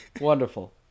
wonderful